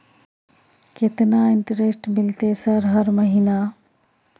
केतना इंटेरेस्ट मिलते सर हर महीना?